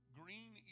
green